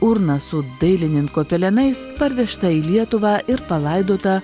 urna su dailininko pelenais parvežta į lietuvą ir palaidota